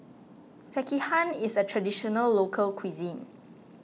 Sekihan is a Traditional Local Cuisine